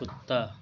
कुत्ता